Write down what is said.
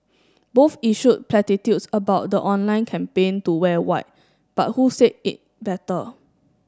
both issued platitudes about the online campaign to wear white but who said it better